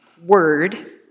word